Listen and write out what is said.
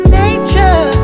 nature